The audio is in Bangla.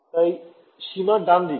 তাই সীমার ডানদিকে